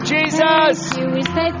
Jesus